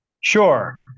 Sure